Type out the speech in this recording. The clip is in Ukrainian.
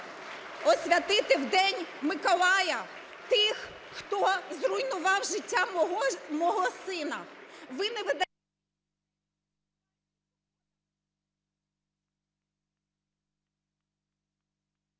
освятити в День Миколая тих, хто зруйнував життя мого сина.